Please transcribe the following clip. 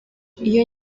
iyo